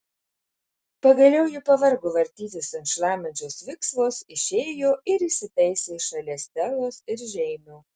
pagaliau ji pavargo vartytis ant šlamančios viksvos išėjo ir įsitaisė šalia stelos ir žeimio